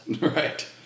Right